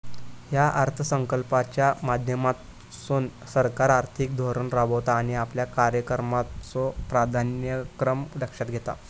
या अर्थसंकल्पाच्या माध्यमातसून सरकार आर्थिक धोरण राबवता आणि आपल्या कार्यक्रमाचो प्राधान्यक्रम लक्षात घेता